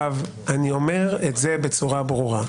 בצורה ברורה.